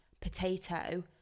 potato